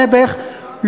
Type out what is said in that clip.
נעבעך,